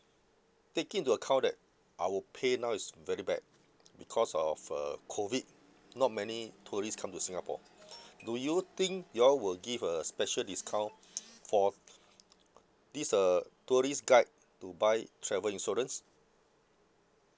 taking into account that our pay now is very bad because of uh COVID not many tourists come to singapore do you think you all will give a special discount for this uh tourist guide to buy travel insurance